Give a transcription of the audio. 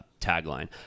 tagline